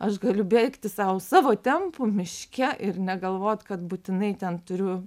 aš galiu bėgti sau savo tempu miške ir negalvot kad būtinai ten turiu